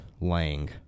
Lang